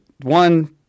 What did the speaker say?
One